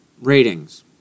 Ratings